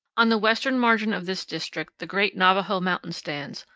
on the western margin of this district the great navajo mountain stands,